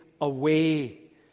away